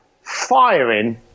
firing